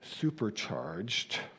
supercharged